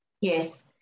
Yes